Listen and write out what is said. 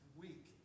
week